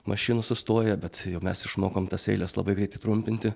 mašinų sustoja bet mes išmokom tas eiles labai greitai trumpinti